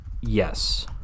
Yes